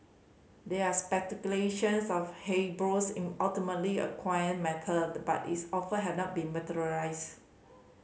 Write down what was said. there are speculations of Hasbro in ultimately acquire mattered but its offer has not materialised